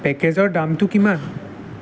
পেকেজৰ দামটো কিমান